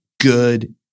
good